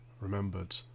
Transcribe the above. remembered